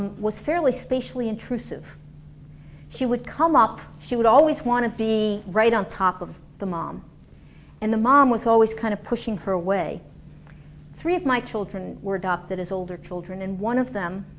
um was fairly spatially intrusive she would come up, she would always want to be right on top of the mom and the mom was always kind of pushing her away three of my children were adopted as older children and one of them,